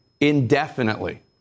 indefinitely